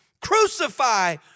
Crucify